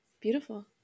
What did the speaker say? Beautiful